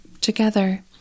together